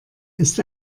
ist